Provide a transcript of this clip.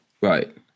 right